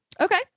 Okay